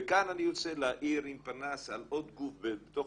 וכאן אני רואה להאיר עם פנס על עוד גוף בתוך